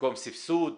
במקום סבסוד?